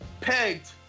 pegged